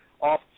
off